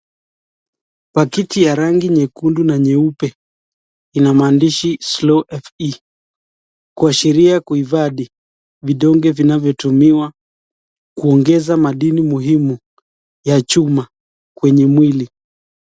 Pakiti ya rangi nyekundu na nyeupe ina maandishi Slow Fe kuashiria kuhifadhi vidonge vinavyotumiwa kuongeza madini muhimu ya chuma kwenye mwili.